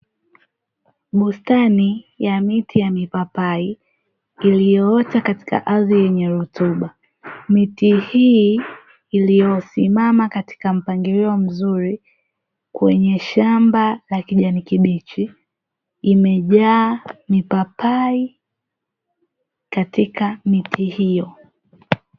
Bustani ya miti ya mipapai iliyoota katika ardhi yenye rutuba. Miti hii iliyosimama katika mpangilio mzuri kwenye shamba la kijani kibichi, imejaa mipapai katika miti hiyo.